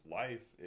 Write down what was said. life